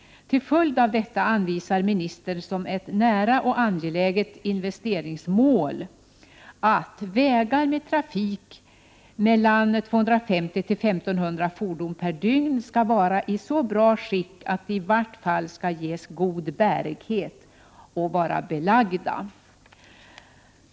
1988/89:107 anvisar ministern som ett nära och angeläget investeringsmål att vägar med 2 maj 1989 en trafik omfattande 250-1 500 fordon per dygn skall vara i så bra skick att de i vart fall skall ges god bärighet och vara belagda.